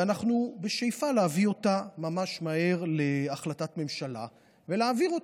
ואנחנו בשאיפה להביא אותה ממש מהר להחלטת ממשלה ולהעביר אותה.